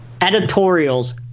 Editorials